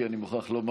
אם כי אני מוכרח לומר,